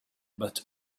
but